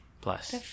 plus